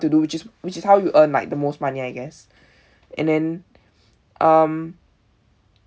to do which is which is how you earn like the most money I guess and then um